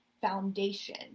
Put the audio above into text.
foundation